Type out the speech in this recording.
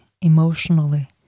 emotionally